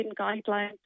guidelines